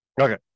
okay